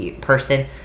person